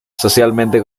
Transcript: socialmente